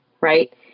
right